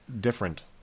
different